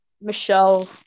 Michelle